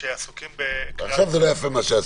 שעסוקים --- עכשיו זה לא יפה מה שעשית,